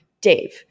Dave